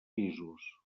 pisos